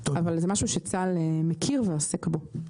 אבל זה משהו שצה"ל מכיר ועוסק בו.